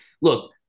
look